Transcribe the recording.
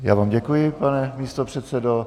Já vám děkuji, pane místopředsedo.